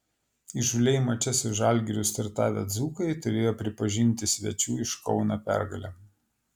įžūliai mače su žalgiriu startavę dzūkai turėjo pripažinti svečių iš kauno pergalę